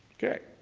okay.